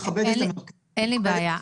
אין לי בעיה.